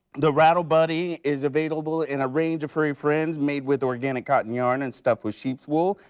the rattle buddy is available in a range of furry friends made with organic cotton yard and stuffed with sheep's wool,